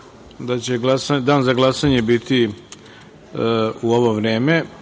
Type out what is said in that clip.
da će dan za glasanje biti u ovo vreme. Pre